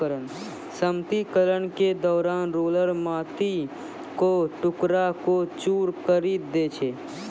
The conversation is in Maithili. समतलीकरण के दौरान रोलर माटी क टुकड़ा क चूर करी दै छै